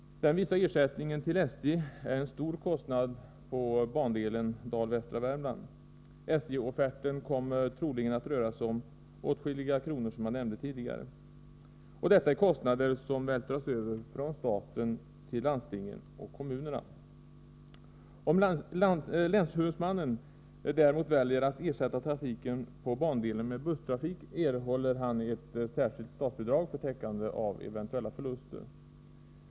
Den vissa ersättningen till SJ är en stor kostnad på bandelen Dal-Västra Värmland. SJ-offerten kommer troligen att röra sig om åtskilliga kronor. Detta är kostnader som vältras över från staten till landstinget och kommunerna. Om länshuvudmannen däremot väljer att ersätta trafiken på bandelen med busstrafik, erhåller han ett särskilt statsbidrag för täckande av eventuella förluster.